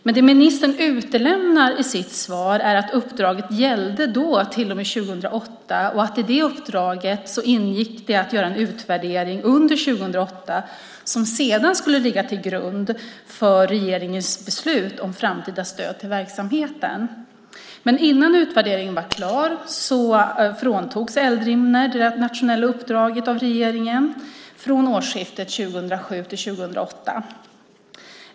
Men det ministern utelämnar i sitt svar är att uppdraget då gällde till och med 2008 och att det i uppdraget ingick att göra en utvärdering under 2008 som sedan skulle ligga till grund för regeringens beslut om framtida stöd till verksamheten. Men innan utvärderingen var klar fråntogs Eldrimner det nationella uppdraget av regeringen från årsskiftet 2007/08.